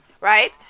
right